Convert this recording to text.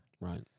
Right